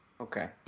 Okay